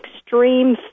extreme